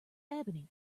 ebony